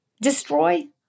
destroy